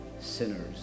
sinners